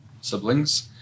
siblings